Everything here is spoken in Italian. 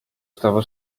stava